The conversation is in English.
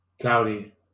cloudy